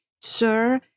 Sir